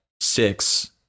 six